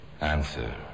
Answer